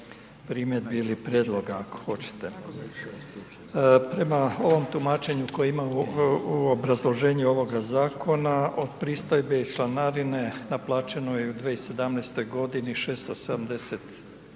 primjedbi ili prijedloga ako hoćete. Prema ovom tumačenju u obrazloženju ovoga zakona od pristojbe i članarine naplaćeno je u 2017. godini 678